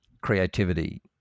creativity